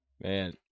man